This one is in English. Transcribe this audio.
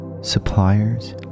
suppliers